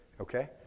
okay